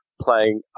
playing